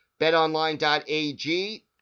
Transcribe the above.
BetOnline.ag